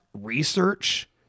research